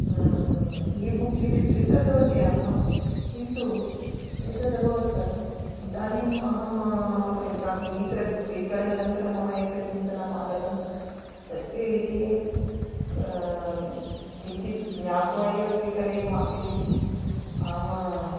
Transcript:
E book इति स्वीकृतवती अहं किन्तु एतत् अभवत् इदानीम् अहं मम इदं स्वीकरणानन्तरं मम यत् चिन्तनमागतं तस्य विषये किञ्चित् ज्ञात्वा एव स्वीकरणीयमासीत् इति अहम्